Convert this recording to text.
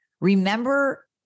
Remember